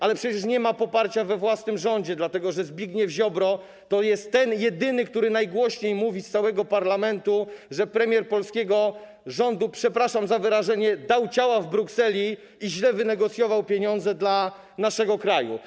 Ale przecież nie ma poparcia we własnym rządzie, dlatego że Zbigniew Ziobro to jest ten jedyny, który najgłośniej z całego parlamentu mówi, że premier polskiego rządu, przepraszam za wyrażenie, dał ciała w Brukseli i źle wynegocjował pieniądze dla naszego kraju.